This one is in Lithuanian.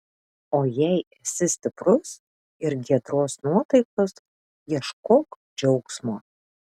o jei esi stiprus ir giedros nuotaikos ieškok džiaugsmo